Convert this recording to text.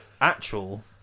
actual